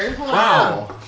Wow